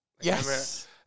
Yes